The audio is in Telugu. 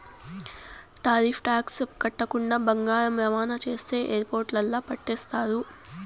టారిఫ్ టాక్స్ కట్టకుండా బంగారం రవాణా చేస్తే ఎయిర్పోర్టుల్ల పట్టేస్తారు